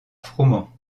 froment